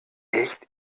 echt